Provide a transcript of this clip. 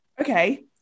Okay